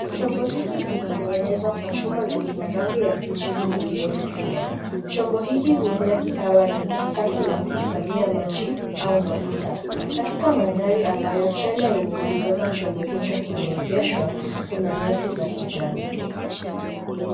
Chombo hiki kimetengenezwa kwa chuma na kina rangi ya kijivu iliyofifia. Chombo hiki huenda kikawa ni tanki la kuhifadhia maji au mafuta. Katika mandhari ambayo trela yenye kuibeba chombo hicho kimeegeshwa kuna nyasi za kijani.